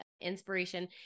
inspiration